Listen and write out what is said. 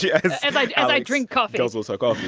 yeah and i i drink coffee guzzles her coffee.